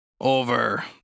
Over